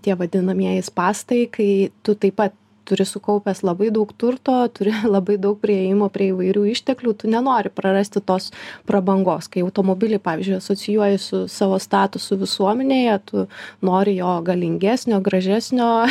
tie vadinamieji spąstai kai tu taip pat turi sukaupęs labai daug turto turi labai daug priėjimo prie įvairių išteklių tu nenori prarasti tos prabangos kai automobiliai pavyzdžiui asocijuojasi su savo statusu visuomenėje tu nori jo galingesnio gražesnio